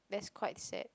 that's quite sad